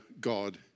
God